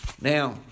Now